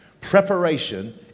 Preparation